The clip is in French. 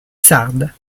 sarde